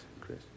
Chris